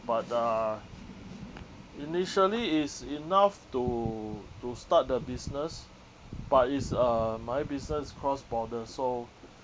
but uh initially is enough to to start the business but it's uh my business is cross border so